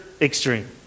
extreme